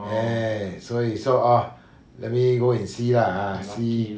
ya 所以说 orh let me go and see lah ah see